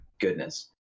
goodness